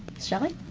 shelley?